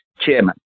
chairman